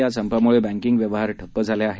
या संपामुळे बँकिंग व्यवहार ठप्प झाले आहेत